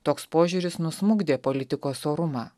toks požiūris nusmukdė politikos orumą